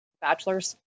bachelor's